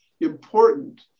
important